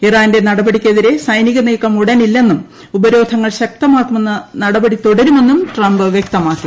ഇറാന്റെ നടപടിക്കെതിരെ സൈനിക നീക്കം ഉടൻ ഇല്ലെന്നും ഉപരോധങ്ങൾ ശക്തമാക്കുന്ന നടപടി തുടരുമെന്നും ട്രംപ് വ്യക്തമാക്കി